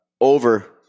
over